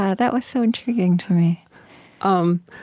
ah that was so intriguing to me um